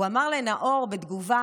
הוא אמר לנאור בתגובה: